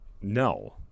No